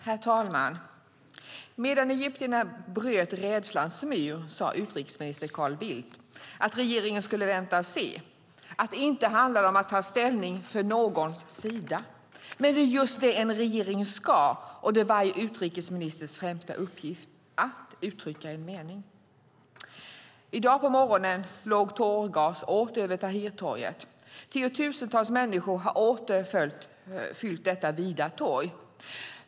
Herr talman! Medan egyptierna bröt rädslans mur sade utrikesminister Carl Bildt att regeringen skulle vänta och se, att det inte handlar om att ta ställning för någons sida. Men det är just det en regering ska göra, och det är varje utrikesministers främsta uppgift att uttrycka en mening. I dag på morgonen låg tårgas åter över Tahrirtorget. Tiotusentals människor har åter fyllt detta vida torg.